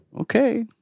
Okay